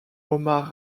omar